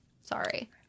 Sorry